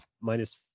minus